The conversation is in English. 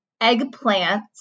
eggplants